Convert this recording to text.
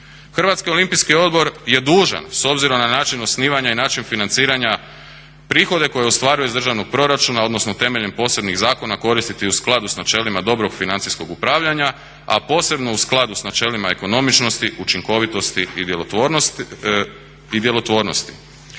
Hrvatski olimpijski odbor je dužan s obzirom na način osnivanja i način financiranja prihode koje ostvaruje iz državnog proračuna odnosno temeljem posebnih zakona koristiti u skladu s načelima dobrog financijskog upravljanja, a posebno u skladu s načelima ekonomičnosti, učinkovitosti i djelotvornosti.